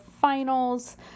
finals